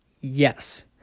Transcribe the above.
yes